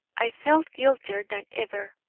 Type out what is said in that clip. i felt guiltier than ever.